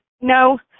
no